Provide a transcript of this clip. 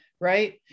right